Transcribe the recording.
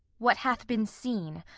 what hath been seen,